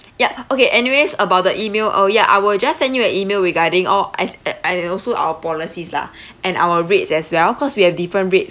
yup okay anyways about the email oh ya I will just send you an email regarding all as and also our policies lah and our rates as well cause we have different rates